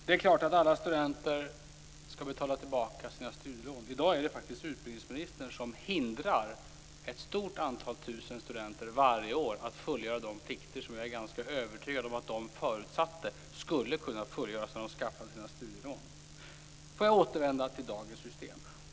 Fru talman! Det är klart att alla studenter skall betala tillbaka sina studielån. I dag hindrar faktiskt utbildningsministern ett stort antal studenter varje år från att fullgöra de plikter som jag är ganska övertygad om att de förutsatte skulle kunna fullgöras när de skaffade sig sina studielån. Låt mig återvända till dagens system.